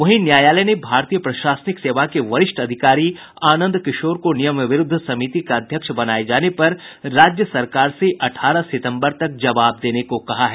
वहीं न्यायालय ने भारतीय प्रशासनिक सेवा के वरिष्ठ अधिकारी आनंद किशोर को नियम विरूद्ध समिति का अध्यक्ष बनाये जाने पर राज्य सरकार से अठारह सितम्बर तक जवाब देने को कहा है